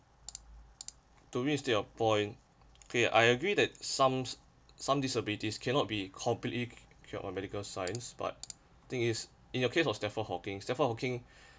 to me their point okay I agree that some some disabilities cannot be completely cure on medical science but thing is in your case of stephen hawking stephen hawking